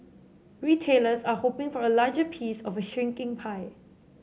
retailers are hoping for a larger piece of a shrinking pie